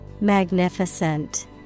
MAGNIFICENT